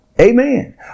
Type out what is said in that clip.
Amen